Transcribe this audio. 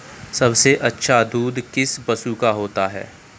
सबसे अच्छा दूध किस पशु का होता है?